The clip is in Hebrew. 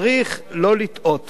צריך לא לטעות